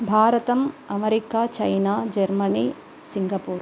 भारतम् America China Germany Singapore